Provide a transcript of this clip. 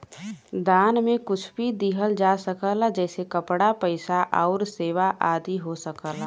दान में कुछ भी दिहल जा सकला जइसे कपड़ा, पइसा आउर सेवा आदि हो सकला